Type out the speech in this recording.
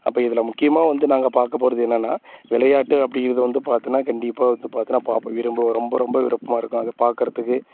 அப்போ இதில் முக்கியமாக வந்து நாங்கள் பார்க்கப் போகிறது என்னன்னா விளையாட்டு அப்படிங்கறது வந்து பார்த்தினா கண்டிப்பாக வந்து பார்த்தினா பார்ப்பேன் விரும்புவேன் ரொம்ப ரொம்ப விருப்பமாக இருக்கும் அது பார்க்கறதுக்கு